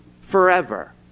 forever